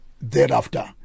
thereafter